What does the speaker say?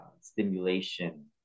stimulation